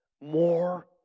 more